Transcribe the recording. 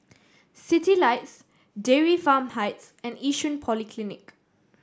Citylights Dairy Farm Heights and Yishun Polyclinic